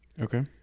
Okay